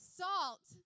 salt